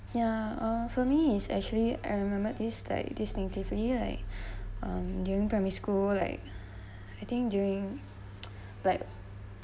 ya um for me is actually I remember this like distinctively like um during primary school like I think during like